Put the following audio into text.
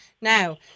Now